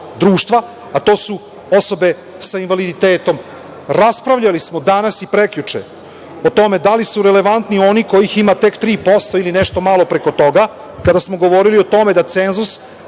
društva, a to su osobe sa invaliditetom. Raspravljali smo danas i prekjuče o tome da li su relevantni oni kojih ima tek 3% ili nešto malo preko toga, kada smo govorili o tome da cenzus